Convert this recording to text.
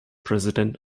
president